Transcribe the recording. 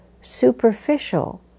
superficial